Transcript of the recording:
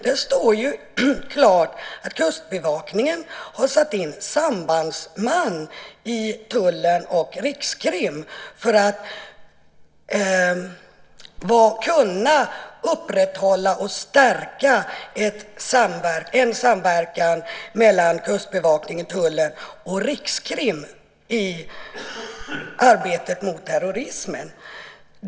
Där står det klart att Kustbevakningen har tillsatt sambandsmän i tullen och rikskrim för att kunna upprätthålla och stärka en samverkan mellan Kustbevakningen, tullen och rikskrim i arbetet mot terrorism.